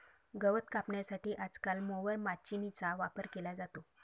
गवत कापण्यासाठी आजकाल मोवर माचीनीचा वापर केला जातो